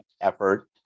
effort